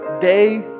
day